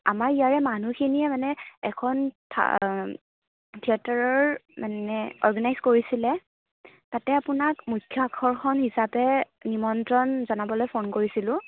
আমাৰ ইয়াৰে মানুহখিনিয়ে মানে এখন থা থিয়েটাৰৰ মানে অ'ৰগেনাইজ কৰিছিলে তাতে আপোনাক মুখ্য আকৰ্ষণ হিচাপে নিমন্ত্ৰণ জনাবলৈ ফোন কৰিছিলোঁ